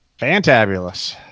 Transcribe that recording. Fantabulous